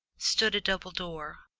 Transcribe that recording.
stood a double door,